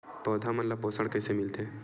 पौधा मन ला पोषण कइसे मिलथे?